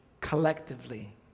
collectively